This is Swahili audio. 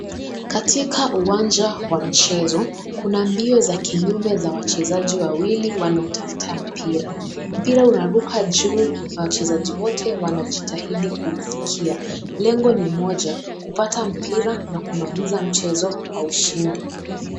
Katika uwanja wa michezo. Kuna mbio za kinyume za wachezaji wawili wanao tafta mpira. Mpira unaruka juu na wachezaji wote wanajitahidi kuufikia. Lengo ni moja, kupata mpira na kumaliza mchezo kwa ushindi.